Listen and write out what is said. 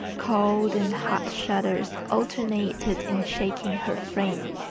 cold and hot shudders alternated in shaking her frame.